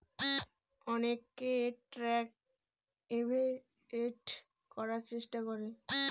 অনেকে tax avoid করার চেষ্টা করে